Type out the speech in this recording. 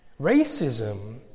Racism